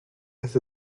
has